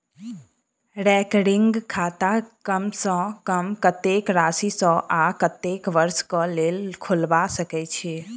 recurring खाता कम सँ कम कत्तेक राशि सऽ आ कत्तेक वर्ष कऽ लेल खोलबा सकय छी